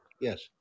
Yes